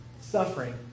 suffering